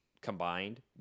combined